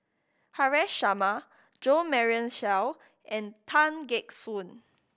Haresh Sharma Jo Marion Seow and Tan Gek Suan